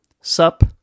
sup